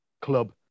club